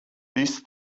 this